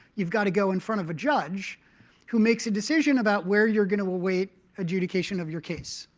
you've got to go in front of a judge who makes a decision about where you're going to await adjudication of your case.